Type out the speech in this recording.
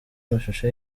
amashusho